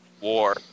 War